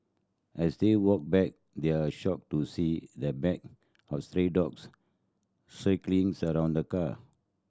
as they walked back they are shocked to see the pack of stray dogs circling around the car